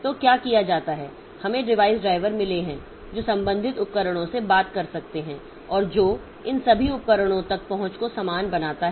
तो क्या किया जाता है हमें डिवाइस ड्राइवर मिले हैं जो संबंधित उपकरणों से बात कर सकते हैं और जो इन सभी उपकरणों तक पहुंच को समान बनाता है